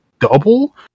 double